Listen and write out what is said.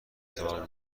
توانم